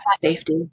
safety